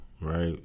right